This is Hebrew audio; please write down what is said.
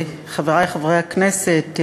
חברי חברי הכנסת,